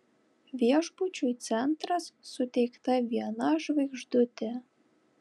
viešbučiui centras suteikta viena žvaigždutė